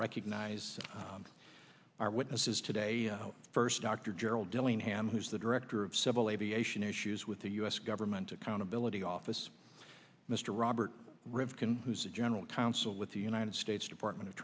recognize our witnesses today first dr gerald dillingham who's the director of civil aviation issues with the u s government accountability office mr robert rivkin who's a general counsel with the united states department of